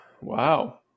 wow